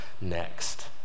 next